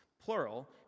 plural